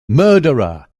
murderer